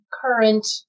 current